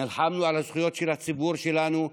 נלחמנו על הזכויות של הציבור שלנו,